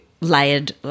layered